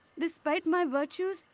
despite my virtues,